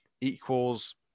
equals